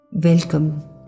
Welcome